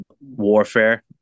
warfare